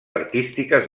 artístiques